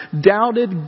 doubted